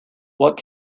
what